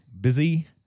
Busy